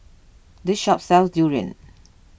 this shop sells Durian